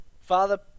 Father